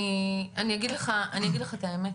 אני אגיד לך את האמת,